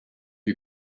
you